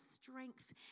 strength